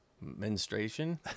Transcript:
Menstruation